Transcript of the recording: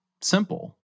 simple